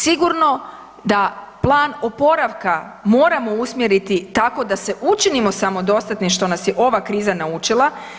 Sigurno da plan oporavka moramo usmjeriti tako da se učinimo samodostatnim što nas je ova kriza naučila.